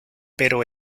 pero